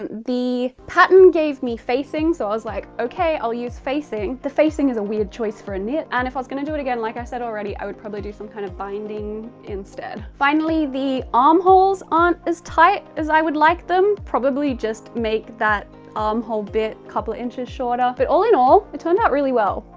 the pattern gave me facing. so i was like, okay, i'll use facing. the facing is a weird choice for a knit. and if i was gonna do it again, like i said already, i would probably do some kind of binding instead. finally, the armholes aren't as tight as i would like them. i'll probably just make that armhole bit a couple inches shorter. but all in all, it turned out really well.